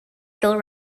still